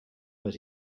but